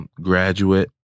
graduate